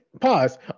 Pause